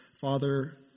Father